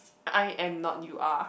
I am not you are